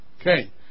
Okay